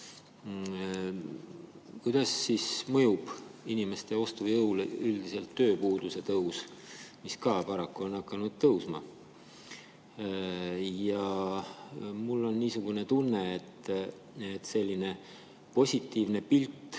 Kuidas mõjub inimeste ostujõule üldiselt tööpuuduse tõus? See on ka paraku hakanud tõusma. Mul on niisugune tunne, et selline positiivne pilt,